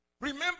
Remember